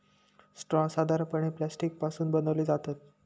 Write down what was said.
straw साधारणपणे plastic पासून बनवले जातात